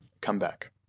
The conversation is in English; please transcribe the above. comeback